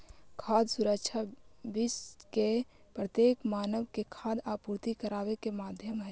खाद्य सुरक्षा विश्व के प्रत्येक मानव के खाद्य आपूर्ति कराबे के माध्यम हई